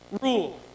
rule